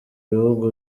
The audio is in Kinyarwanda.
bihugu